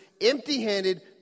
empty-handed